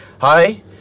hi